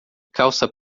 calça